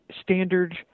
standard